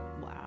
wow